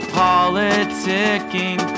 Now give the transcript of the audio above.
politicking